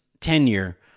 tenure